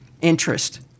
interest